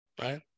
right